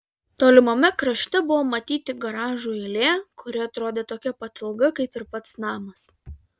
tolimame krašte buvo matyti garažų eilė kuri atrodė tokia pat ilga kaip ir pats namas